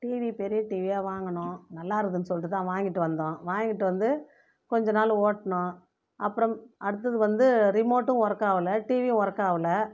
TV பெரிய டிவியா வாங்குனோம் நல்லா இருக்குதுன்னு சொல்லிட்டுதான் வாங்கிட்டு வந்தோம் வாங்கிட்டு வந்து கொஞ்ச நாள் ஓட்டுனோம் அப்புறம் அடுத்தது வந்து ரிமோட்டும் ஒர்க்கு ஆகல டிவியும் ஒர்க் ஆகல